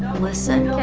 listen.